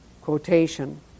quotation